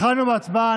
התחלנו בהצבעה.